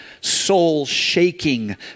soul-shaking